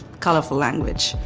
colorful language.